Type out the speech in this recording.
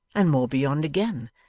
and more beyond again,